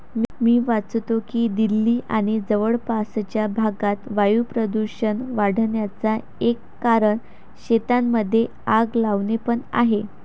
मी वाचतो की दिल्ली आणि जवळपासच्या भागात वायू प्रदूषण वाढन्याचा एक कारण शेतांमध्ये आग लावणे पण आहे